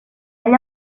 ella